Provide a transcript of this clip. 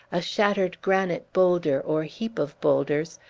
a shattered granite bowlder, or heap of bowlders,